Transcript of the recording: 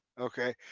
okay